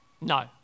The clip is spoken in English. No